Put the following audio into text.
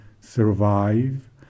survive